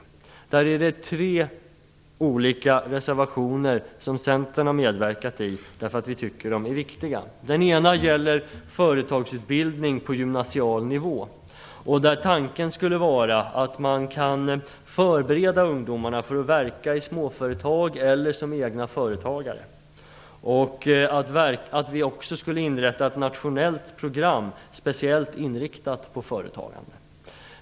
Centern har medverkat till tre olika reservationer. Vi tycker att de är viktiga. Den ena gäller företagsutbildning på gymnasial nivå. Tanken är att man skall förbereda ungdomarna för att verka i småföretag eller som egna företagare. Vi skulle också inrätta ett nationellt program, speciellt inriktat på företagande.